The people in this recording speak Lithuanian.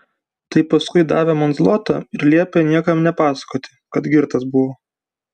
tai paskui davė man zlotą ir liepė niekam nepasakoti kad girtas buvo